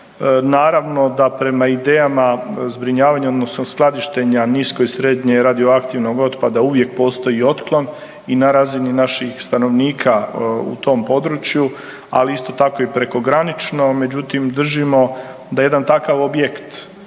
Naravno da prema idejama zbrinjavanja odnosno skladištenja nisko i srednje radioaktivnog otpada uvijek postoji otklon i na razini naših stanovnika u tom području, ali isto tako i prekogranično, međutim držimo da jedan takav objekt